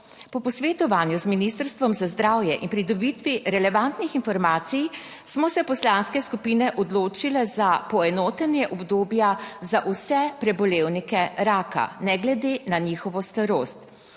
Po posvetovanju z Ministrstvom za zdravje in pridobitvi relevantnih informacij smo se poslanske skupine odločile za poenotenje obdobja za vse prebolevnike raka ne glede na njihovo starost,